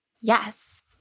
Yes